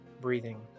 breathing